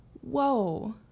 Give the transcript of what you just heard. whoa